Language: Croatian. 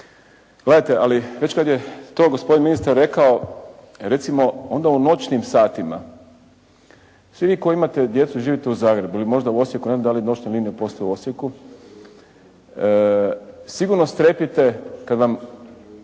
Gledajte ali već kada je to gospodin ministar rekao, recimo onda u noćnim satima svi vi koji imate djecu i živite u Zagrebu ili možda u Osijeku ne znam da li noćne linije postoje u Osijeku, sigurno strepite kada vam